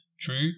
true